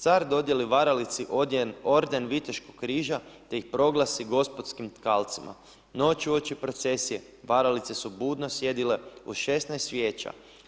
Car dodijeli varalici orden viteškog križa, te ih proglasi gospodskim tkalcima noć uoči procesije varalice su budno sjedile uz 16 svijeća.